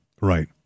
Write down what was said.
right